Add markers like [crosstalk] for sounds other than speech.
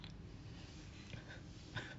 [noise] [coughs]